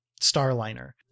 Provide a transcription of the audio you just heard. Starliner